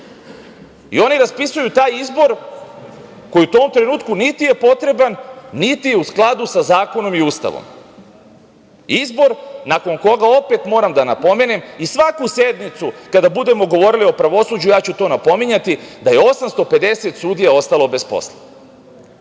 Oni raspisuju taj izbor koji u tom trenutku niti je potreban, niti je u skladu sa zakonom i Ustavom, izbor nakon koga, opet moram da napomenem, i svaku sednicu kada budemo govorili o pravosuđu ja ću to napominjati, da je 850 sudija ostalo bez posla. Tih